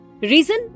reason